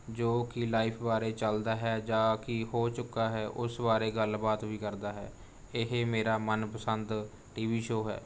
ਜੋ ਕਿ ਲਾਈਫ਼ ਬਾਰੇ ਚੱਲਦਾ ਹੈ ਜਾਂ ਕੀ ਹੋ ਚੁੱਕਾ ਹੈ ਉਸ ਬਾਰੇ ਗੱਲਬਾਤ ਵੀ ਕਰਦਾ ਹੈ ਇਹ ਮੇਰਾ ਮਨਪਸੰਦ ਟੀ ਵੀ ਸ਼ੋਅ ਹੈ